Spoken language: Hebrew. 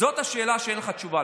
זאת השאלה שאין לה תשובה.